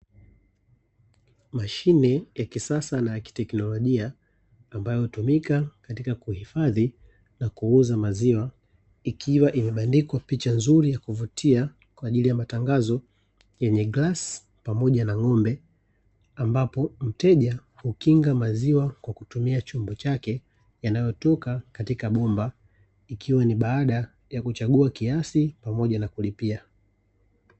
Mashine ya kisasa na ya kiteknolojia, ambayo hutumika katika kuhifadhi na kuuza maziwa, ikiwa imebandikwa picha nzuri ya kuvutia kwa ajili ya matangazo, yenye glasi pamoja na ng'ombe ambapo mteja hukinga maziwa kwa kutumia chombo chake, yanayotoka katika bomba, ikiwa ni baada ya kuchagua kiasi pamoja na kulipia.